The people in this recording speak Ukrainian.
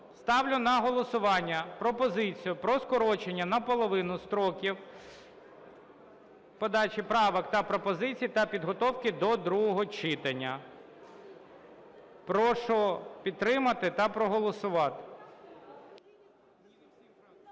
Ставлю на голосування пропозицію про скорочення наполовину строків подачі правок та пропозицій та підготовки до другого читання. Прошу підтримати та проголосувати.